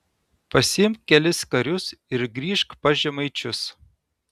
pasiimk kelis karius ir grįžk pas žemaičius